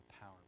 power